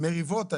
שהמריבות האלה,